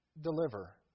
deliver